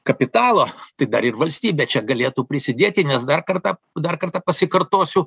kapitalo tai dar ir valstybė čia galėtų prisidėti nes dar kartą dar kartą pasikartosiu